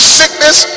sickness